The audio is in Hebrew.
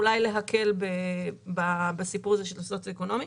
אולי להקל בסיפור הזה של הסוציו-אקונומי,